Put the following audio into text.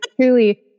truly